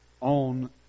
on